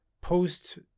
post